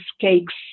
cakes